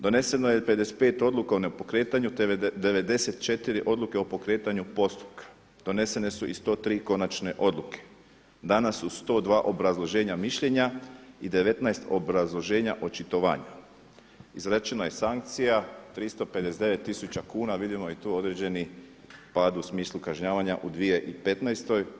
Doneseno je 55 odluka o nepokretanju, te 94 odluke o pokretanju postupka, donesene su i 103 konačne odluke, dana su 102 obrazloženja mišljenja i 19 obrazloženja očitovanja, izrečena je sankcija 359 tisuća kuna, vidimo i tu određeni pad u smislu kažnjavanja u 2015.